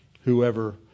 whoever